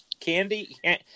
Candy